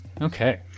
Okay